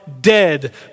dead